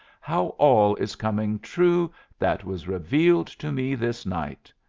how all is coming true that was revealed to me this night!